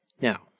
Now